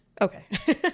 Okay